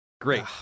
great